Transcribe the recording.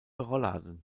rollladen